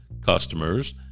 customers